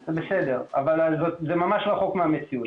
זה בסדר, אבל זה ממש רחוק מהמציאות.